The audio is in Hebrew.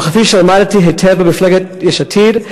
וכפי שלמדתי היטב במפלגת יש עתיד,